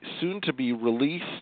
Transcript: soon-to-be-released